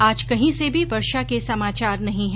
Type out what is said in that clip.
आज कहीं से भी वर्षा के समाचार नहीं है